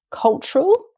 cultural